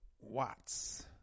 Watts